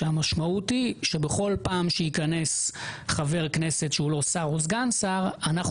כשהמשמעות היא שבכל פעם שייכנס חבר כנסת שהוא לא שר או סגן שר אנחנו